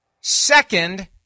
Second